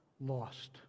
lost